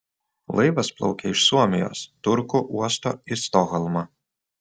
laivas plaukė iš suomijos turku uosto į stokholmą